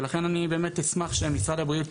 ולכן אני באמת אשמח שמשרד הבריאות